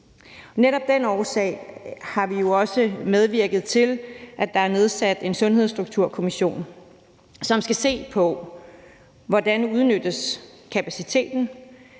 Netop af den årsag har vi jo også medvirket til, at der er nedsat en Sundhedsstrukturkommission, som skal se på, hvordan kapaciteten